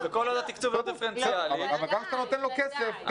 גם כשאתה נותן לו כסף,